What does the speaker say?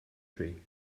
tree